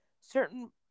certain